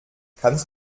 kannst